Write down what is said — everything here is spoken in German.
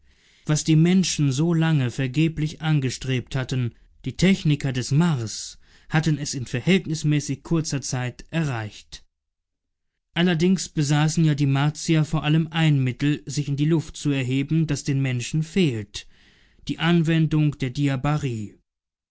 was die menschen so lange vergeblich angestrebt hatten die techniker des mars hatten es in verhältnismäßig kurzer zeit erreicht allerdings besaßen ja die martier vor allem ein mittel sich in die luft zu erheben das den menschen fehlt die anwendung der